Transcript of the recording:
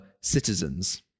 citizens